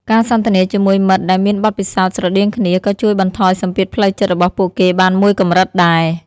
ការសន្ទនាជាមួយមិត្តដែលមានបទពិសោធន៍ស្រដៀងគ្នា ក៏ជួយបន្ថយសម្ពាធផ្លូវចិត្តរបស់ពួកគេបានមួយកម្រិតដែរ។